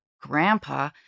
grandpa